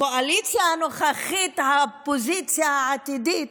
הקואליציה הנוכחית, האופוזיציה העתידית,